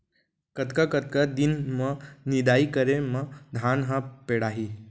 कतका कतका दिन म निदाई करे म धान ह पेड़ाही?